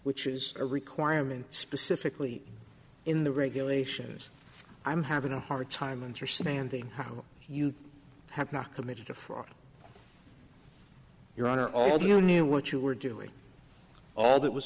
which is a requirement specifically in the regulations i'm having a hard time understanding how you have not committed to for your honor although you knew what you were doing all that was